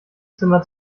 zimmer